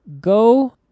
Go